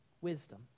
wisdom